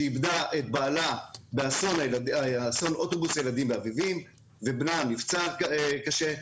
שאיבדה את בעלה באסון אוטובוס הילדים באביבים ובנה נפצע קשה,